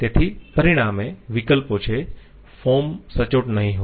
તેથી પરિણામે વિકલ્પો છે ફોર્મ સચોટ નહીં હોય